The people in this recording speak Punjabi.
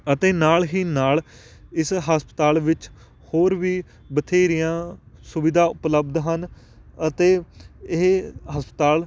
ਅਤੇ ਨਾਲ ਹੀ ਨਾਲ ਇਸ ਹਸਪਤਾਲ ਵਿੱਚ ਹੋਰ ਵੀ ਬਥੇਰੀਆਂ ਸੁਵਿਧਾ ਉਪਲਬਧ ਹਨ ਅਤੇ ਇਹ ਹਸਪਤਾਲ